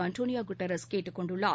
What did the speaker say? Antonio Guterres கேட்டுக் கொண்டுள்ளார்